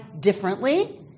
differently